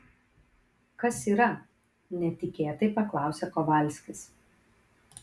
kas yra netikėtai paklausė kovalskis